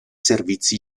servizi